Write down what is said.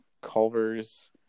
Culver's